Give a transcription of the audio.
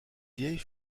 vieille